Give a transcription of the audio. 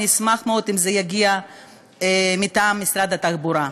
אני אשמח מאוד אם זה יגיע מטעם משרד התחבורה.